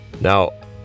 Now